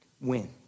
win